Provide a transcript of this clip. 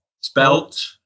Spelt